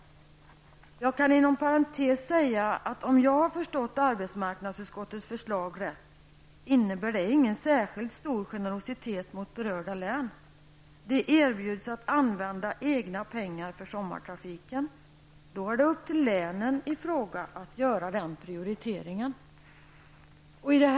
Så fortsatte han: Jag kan inom parentes säga att om jag har förstått arbetsmarknadsutskottets förslag rätt innebär det ingen särskilt stor generositet mot berörda län. De erbjuds att använda egna pengar för sommartrafik. Då är det upp till länen i fråga att göra den prioriteringen.